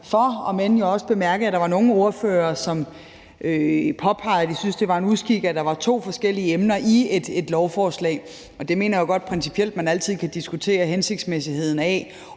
også bemærkede, at der var nogle ordførere, som påpegede, at de syntes, det var en uskik, at der var to forskellige emner i et lovforslag, og det mener jeg jo godt man principielt altid kan diskutere hensigtsmæssigheden af.